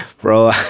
bro